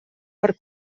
per